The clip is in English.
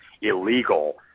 illegal